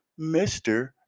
Mr